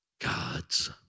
God's